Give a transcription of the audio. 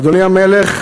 אדוני המלך,